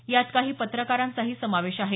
यात काही पत्रकारांचाही समावेश आहे